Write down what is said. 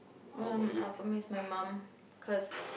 um for me is my mum cause